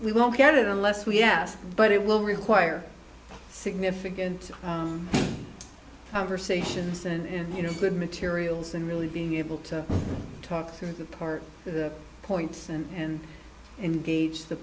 we won't get it unless we ask but it will require significant conversations and you know good materials and really being able to talk to that part of the points and engage the